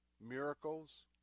miracles